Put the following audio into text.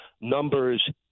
numbers